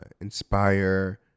inspire